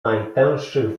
najtęższych